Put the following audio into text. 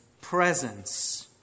presence